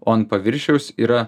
o ant paviršiaus yra